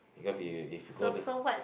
because you if you go the